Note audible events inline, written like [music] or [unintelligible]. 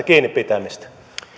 [unintelligible] kiinni pitämistä